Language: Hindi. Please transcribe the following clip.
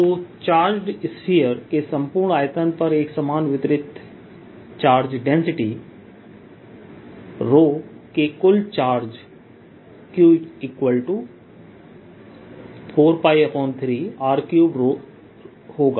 तो चार्ज्ड स्फीयर के संपूर्ण आयतन पर एकसमान वितरित चार्ज डेंसिटी रो ⍴ के लिए कुल चार्ज Q43R3 होगा